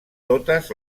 totes